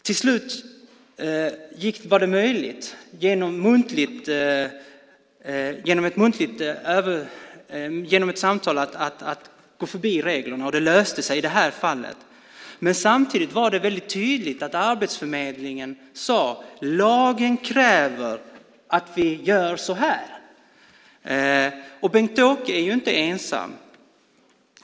Till slut var det möjligt att lösa det genom ett samtal och gå förbi reglerna. Det löste sig i det här fallet. Men samtidigt var det väldigt tydligt. Arbetsförmedlingen sade: Lagen kräver att vi gör så här. Bengt-Åke är inte ensam.